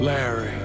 Larry